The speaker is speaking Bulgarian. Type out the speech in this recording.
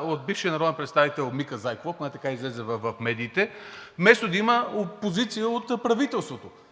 от бившия народен представител Мика Зайкова – поне така излезе в медиите, вместо да има позиция от правителството.